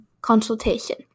consultation